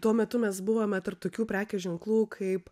tuo metu mes buvome tarp tokių prekių ženklų kaip